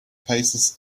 paces